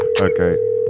Okay